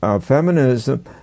feminism